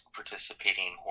participating